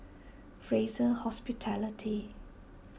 Fraser Hospitality